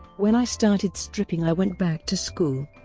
when i started stripping i went back to school.